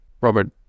Robert